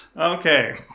Okay